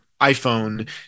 iPhone